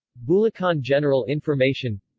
bulacan general information